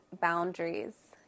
boundaries